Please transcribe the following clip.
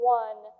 one